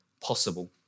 possible